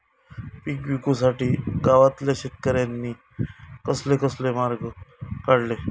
पीक विकुच्यासाठी गावातल्या शेतकऱ्यांनी कसले कसले मार्ग काढले?